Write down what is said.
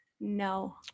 no